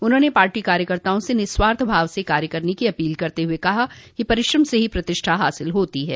उन्होंने पार्टो कार्यकर्ताओं से निःस्वार्थ भाव से कार्य करने की अपील करते हुए कहा कि परिश्रम से ही प्रतिष्ठा हासिल होती है